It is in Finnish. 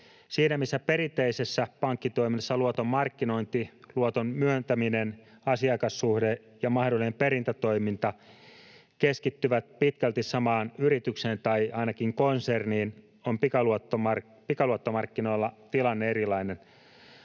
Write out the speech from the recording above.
Siinä, missä perinteisessä pankkitoiminnassa luoton markkinointi, luoton myöntäminen, asiakassuhde ja mahdollinen perintätoiminta keskittyvät pitkälti samaan yritykseen tai ainakin konserniin, on pikaluottomarkkinoilla tilanne erilainen.